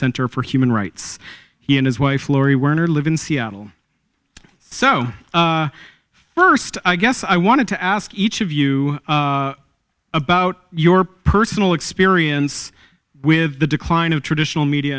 center for human rights he and his wife laurie werner live in seattle so first i guess i wanted to ask each of you about your personal experience with the decline of traditional media